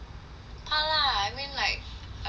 怕 lah I mean like err also